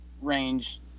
range